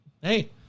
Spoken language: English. hey